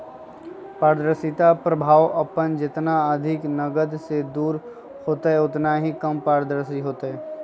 पारदर्शिता प्रभाव अपन जितना अधिक नकद से दूर होतय उतना ही कम पारदर्शी होतय